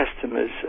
customers